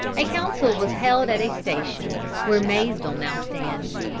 a council was held at a station where maysville now stands.